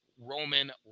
Roman